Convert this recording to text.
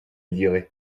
lirait